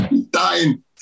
dying